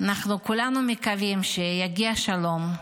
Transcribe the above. אנחנו כולנו מקווים שיגיע שלום,